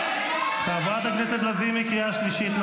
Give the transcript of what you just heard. חברת הכנסת לזימי, קריאה שלישית.